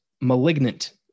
malignant